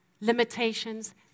limitations